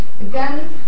again